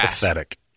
pathetic